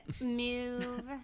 move